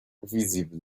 visible